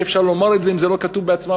אי-אפשר לומר את זה אם זה לא כתוב בגמרא.